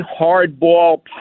hardball